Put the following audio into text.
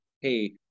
Hey